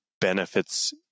benefits